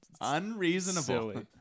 Unreasonable